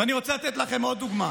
ואני רוצה לתת לכם עוד דוגמה.